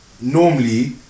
normally